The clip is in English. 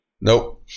Nope